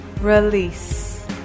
Release